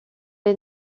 les